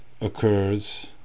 occurs